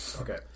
Okay